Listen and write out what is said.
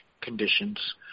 Conditions